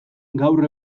gaur